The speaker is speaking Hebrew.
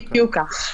בדיוק כך.